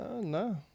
No